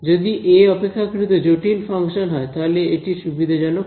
যদি অপেক্ষাকৃত জটিল ফাংশন হয় তাহলে এটি সুবিধাজনক হবে